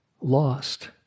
lost